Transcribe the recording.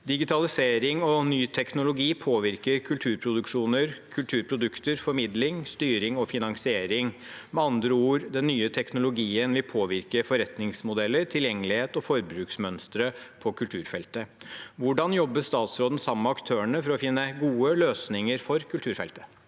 Digitalisering og ny teknologi påvirker kulturproduksjoner, kulturprodukter, formidling, styring og finansiering. Med andre ord: Den nye teknologien vil påvirke forretningsmodeller, tilgjengelighet og forbruksmønstre på kulturfeltet. Hvordan jobber statsråden sammen med aktørene for å finne gode løsninger for kulturfeltet?»